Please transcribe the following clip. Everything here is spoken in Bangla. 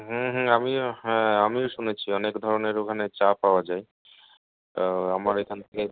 হুম হুম আমিও হ্যাঁ আমিও শুনেছি অনেক ধরনের ওখানে চা পাওয়া যায় আমার এখান থেকে